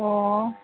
ꯑꯣ